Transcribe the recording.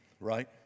right